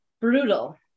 brutal